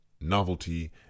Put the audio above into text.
novelty